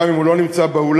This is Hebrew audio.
גם אם הוא לא נמצא באולם,